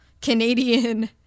Canadian